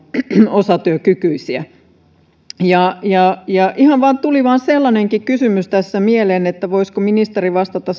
osatyökykyisiä ja ja ihan vaan tuli sellainenkin kysymys tässä mieleen että voisiko ministeri vastata